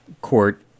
court